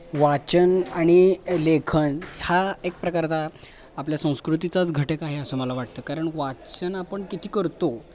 वाचन आणि लेखन हा एक प्रकारचा आपल्या संस्कृतीचाच घटक आहे असं मला वाटतं कारण वाचन आपण किती करतो